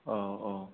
औ औ